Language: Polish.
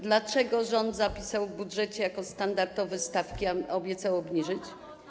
Dlaczego rząd zapisał w budżecie standardowe stawki, a obiecał obniżyć?